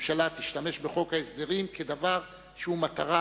הממשלה תשתמש בחוק ההסדרים כדבר שהוא מטרה